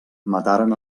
mataren